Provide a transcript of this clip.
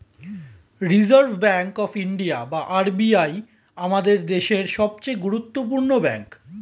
reserve Bank of India বা RBI আমাদের দেশের সবচেয়ে গুরুত্বপূর্ণ ব্যাঙ্ক